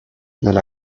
nelle